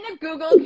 google